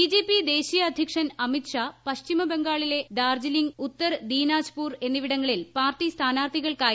B J P ദേശീയ അധ്യക്ഷൻ അമിത്ഷാ പശ്ചിമബംഗാളിലെ ദാർജീലിംഗ് ഉത്തർദൂനാർജ്പൂർ എന്നിവിടങ്ങളിൽ പാർട്ടി സ്ഥാനാർത്ഥികൾക്കായി